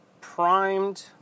primed